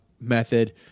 method